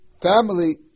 family